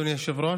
אדוני היושב-ראש,